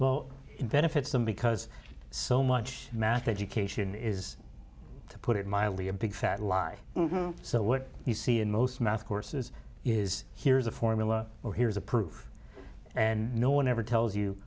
well benefits them because so much math education is to put it mildly a big fat lie so what you see in most math courses is here's a formula or here's a proof and no one ever tells you